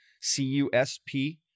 C-U-S-P